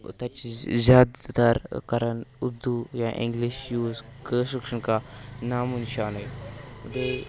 تَتہِ چھِ زیادٕ تَر کَرَن اُردو یا اِنٛگلِش یوٗز کٲشُر چھُنہٕ کانٛہہ نامُو نِشانٕے بیٚیہِ